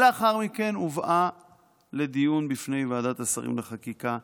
לאחר מכן היא הובאה לדיון בפני ועדת השרים לחקיקה,